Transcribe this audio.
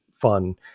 fun